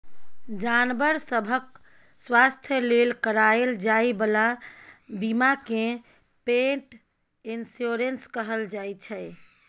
जानबर सभक स्वास्थ्य लेल कराएल जाइ बला बीमा केँ पेट इन्स्योरेन्स कहल जाइ छै